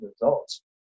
results